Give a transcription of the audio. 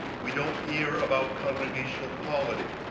we don't hear about congregational polity.